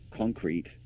concrete